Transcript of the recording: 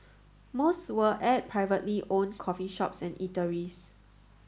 most were at privately owned coffee shops and eateries